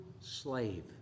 slave